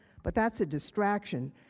but that's a distraction.